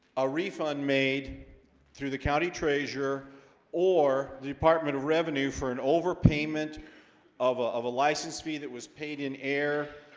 a refund made through the county treasurer or the department of revenue for an overpayment of ah of a license fee that was paid in air